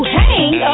hang